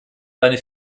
seine